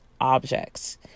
objects